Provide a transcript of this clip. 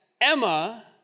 Emma